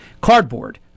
cardboard